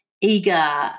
eager